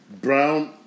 Brown